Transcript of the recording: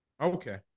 Okay